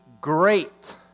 great